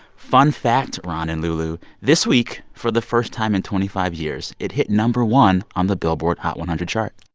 fun fact, ron and lulu this week, for the first time in twenty five years, it hit no. one on the billboard hot one hundred chart